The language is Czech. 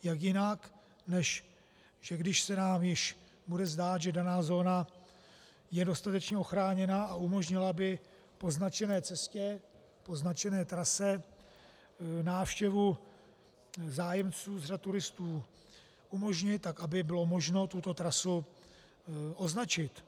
Jak jinak, než že když se nám již bude zdát, že daná zóna je dostatečně ochráněna a umožnila by po značené cestě, po značené trase, návštěvu zájemců z řad turistů umožnit, tak aby bylo možno tuto trasu označit.